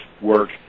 work